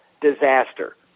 disaster